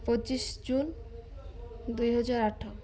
ପଚିଶ ଜୁନ ଦୁଇ ହଜାର ଆଠ